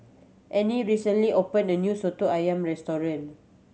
Annie recently opened a new Soto Ayam restaurant